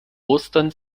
ostern